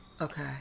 Okay